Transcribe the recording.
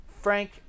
frank